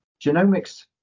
genomics